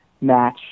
match